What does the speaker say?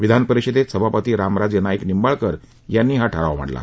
विधानपरिषदेत सभापती रामराजे नाईक निंबाळकर यांनी हा ठराव मांडला